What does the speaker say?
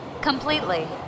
Completely